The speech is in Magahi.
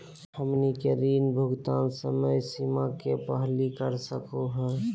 हमनी के ऋण भुगतान समय सीमा के पहलही कर सकू हो?